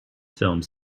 films